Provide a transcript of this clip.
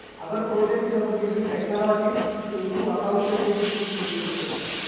our project is about using technology to improve accountability in this crucial sector.